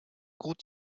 gut